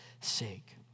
sake